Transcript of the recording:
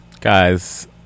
Guys